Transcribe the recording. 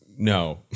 No